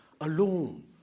alone